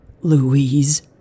Louise